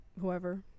whoever